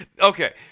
okay